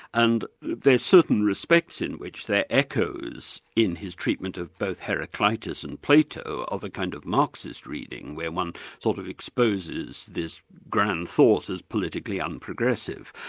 and there's certain respects in which they're echoes in his treatment of both heroclytus and plato of a kind of marxist reading where one sort of exposes this grand thought as politically unprogressive.